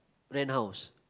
then house